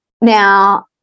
Now